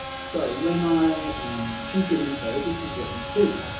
so when i choose get info this is what you see